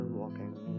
walking